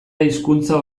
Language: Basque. hizkuntza